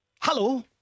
Hello